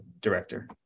director